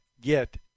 get